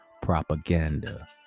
propaganda